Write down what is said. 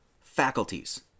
faculties